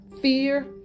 fear